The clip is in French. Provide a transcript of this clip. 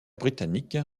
britannique